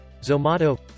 Zomato